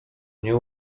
nie